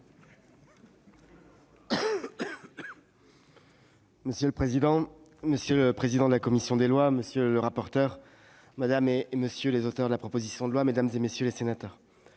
Monsieur le président, monsieur le président de la commission des lois, monsieur le rapporteur, madame, monsieur les auteurs de la proposition de loi, mesdames, messieurs les sénateurs,